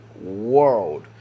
world